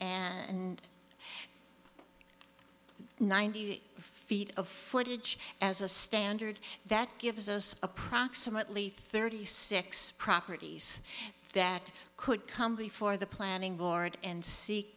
and ninety feet of footage as a standard that gives us approximately thirty six properties that could come before the planning board and seek